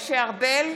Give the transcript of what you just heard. יואל אדלשטיין,